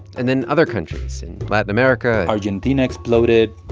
and then other countries in latin america. argentina exploded,